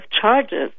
charges